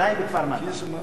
חבר הכנסת דב חנין, בבקשה.